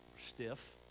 stiff